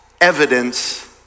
evidence